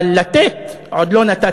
אבל לתת, עוד לא נתתם.